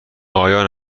آیا